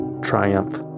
triumph